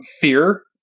fear